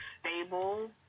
stable